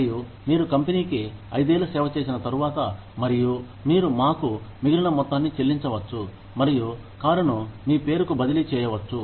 మరియు మీరు కంపెనీకి ఐదేళ్లు సేవ చేసిన తర్వాత మరియు మీరు మాకు మిగిలిన మొత్తాన్ని చెల్లించవచ్చు మరియు కారును మీ పేరు కు బదిలీ చేయవచ్చు